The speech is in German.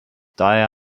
daher